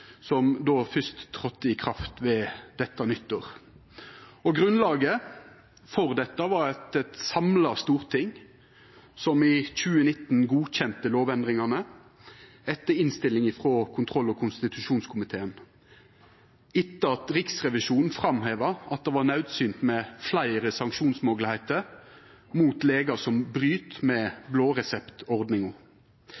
fyrst trådde i kraft ved dette nyttår. Grunnlaget for dette var eit samla storting som i 2020 godkjente lovendringane etter innstilling frå kontroll- og konstitusjonskomiteen, etter at Riksrevisjonen framheva at det var naudsynt med fleire sanksjonsmoglegheiter mot legar som bryt med